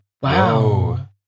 Wow